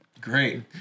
Great